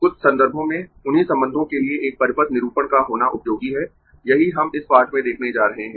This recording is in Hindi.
कुछ संदर्भों में उन्हीं संबंधों के लिए एक परिपथ निरूपण का होना उपयोगी है यही हम इस पाठ में देखने जा रहे है